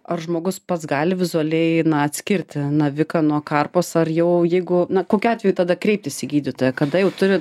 ar žmogus pats gali vizualiai na atskirti naviką nuo karpos ar jau jeigu na kokiu atveju tada kreiptis į gydytoją kada jau turi